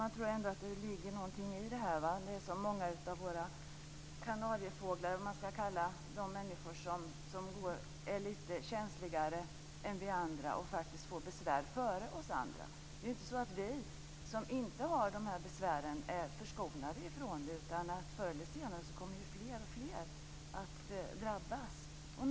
Man tror att det ändå måste ligga någonting i detta eftersom det är så många så att säga kanariefåglar - dvs. människor som är lite känsligare av sig - som får besvär före oss andra. Det är inte så att vi som inte har dessa besvär är förskonade från dem. Förr eller senare kommer fler och fler att drabbas.